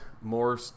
more